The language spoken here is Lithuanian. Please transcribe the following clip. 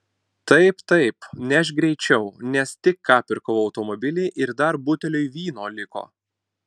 taip taip nešk greičiau nes tik ką pirkau automobilį ir dar buteliui vyno liko